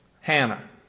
Hannah